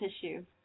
tissue